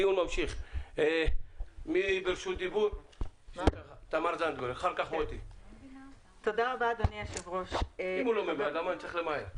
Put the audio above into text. אם הוא לא ממהר, למה אני צריך למהר?